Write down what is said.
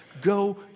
go